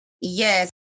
Yes